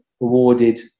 awarded